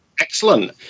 excellent